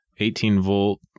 18-volt